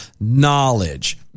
knowledge